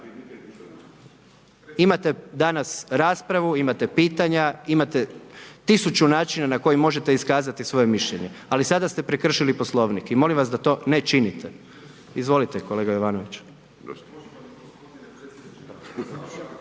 Imate danas raspravu, imate pitanja, imate tisuću načina na koji možete iskazati svoje mišljenje, ali sada ste prekršili Poslovnik i molim vas da to ne činite. Izvolite kolega Jovanović.